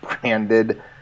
branded